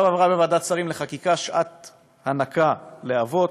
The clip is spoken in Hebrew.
עכשיו עברה בוועדת שרים לחקיקה "שעת הנקה" לאבות,